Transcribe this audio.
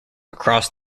across